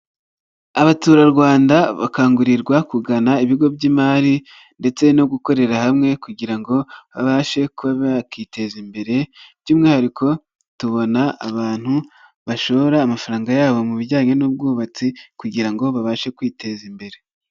Abaturarwanda bakangurirwa kugana ibigo by'imari ndetse no gukorera hamwe kugira ngo babashe kuba bakiteza imbere by'umwihariko, tubona abantu bashora amafaranga yabo mu bijyanye n'ubwubatsi kugira ngo babashe kwiteza imbere.